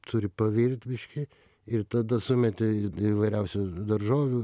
turi pavirt biškį ir tada sumeti įvairiausių daržovių